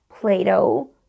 Play-Doh